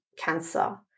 cancer